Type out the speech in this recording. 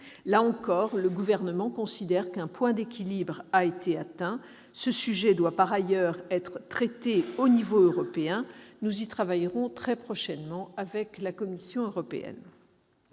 Là encore, le Gouvernement considère qu'un point d'équilibre a été atteint. Ce sujet doit par ailleurs être traité au niveau européen. Nous y travaillerons très prochainement avec la Commission européenne.